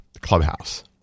Clubhouse